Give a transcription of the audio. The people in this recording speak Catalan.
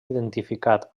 identificat